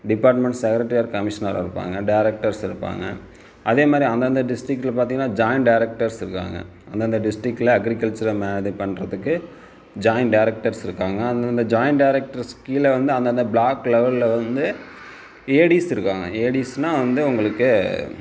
department secretary or கமிஸ்னராக இருப்பாங்க directors இருப்பாங்க அதே மாதிரி அந்தந்த ட்ரிஸ்க்ட்டில் பார்த்திங்கனா ஜாயின் டேரக்டர்ஸ் இருக்கிறாங்க அந்தந்த ட்ரிஸ்க்ட்டில் அக்ரிகல்ச்சர் இது பண்ணுறதுக்கு ஜாயின் டேரக்டர்ஸ் இருக்கிறாங்க அந்த ஜாயின் டேரக்டர்ஸ் கீழே வந்து அந்தந்த ப்ளாக் லெவலில் வந்து ஏடீஸ் இருக்கிறாங்க ஏடீஸ்னால் வந்து உங்களுக்கு